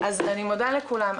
אני מודה לכולם.